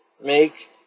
make